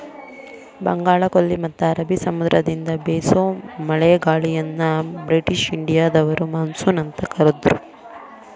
ಬಂಗಾಳಕೊಲ್ಲಿ ಮತ್ತ ಅರಬಿ ಸಮುದ್ರದಿಂದ ಬೇಸೋ ಮಳೆಗಾಳಿಯನ್ನ ಬ್ರಿಟಿಷ್ ಇಂಡಿಯಾದವರು ಮಾನ್ಸೂನ್ ಅಂತ ಕರದ್ರು